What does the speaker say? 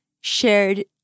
shared